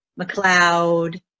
McLeod